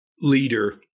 leader